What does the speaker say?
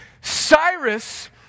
Cyrus